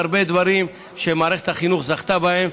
הרבה דברים שמערכת החינוך זכתה בהם,